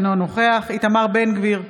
אינו נוכח איתמר בן גביר,